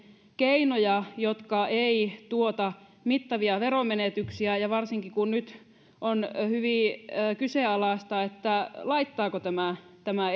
keinoja jotka eivät tuota mittavia veromenetyksiä varsinkin kun nyt on hyvin kyseenalaista laittaako tämä tämä